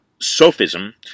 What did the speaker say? sophism